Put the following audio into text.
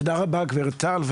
תודה רבה גב' טל.